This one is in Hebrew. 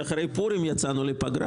הניקיונות לפסח כך שאחרי פורים יצאנו לפגרה.